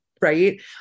Right